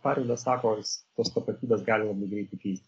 kaip arvydas sako tos tapatybės gali labai greitai keistis